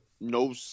no